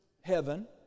heaven